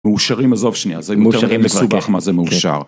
מאושרים עזוב שנייה זה מסובך מה זה מאושר.